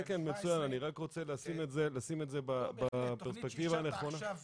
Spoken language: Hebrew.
2017. תכנית שהצגת עכשיו,